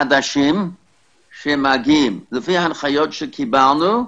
לפי ההנחיות שקיבלנו,